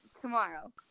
tomorrow